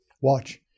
Watch